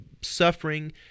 suffering